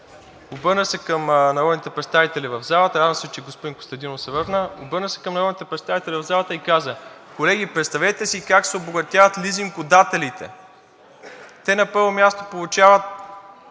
обърна се към народните представители в залата и каза: „Колеги, представете си как се обогатяват лизингодателите. Те на първо място получават